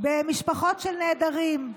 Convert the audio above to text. במשפחות של נעדרים.